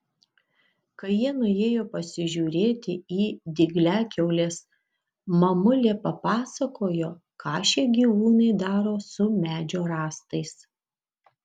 kai jie nuėjo pasižiūrėti į dygliakiaules mamulė papasakojo ką šie gyvūnai daro su medžio rąstais